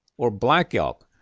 or black elk,